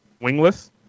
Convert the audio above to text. Wingless